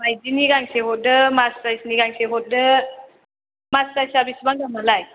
मायदिनि गांसे हरदो मास स्राइसनि गांसे हरदो स्राइसआ बेसेबां दामालाय